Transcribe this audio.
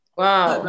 wow